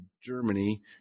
Germany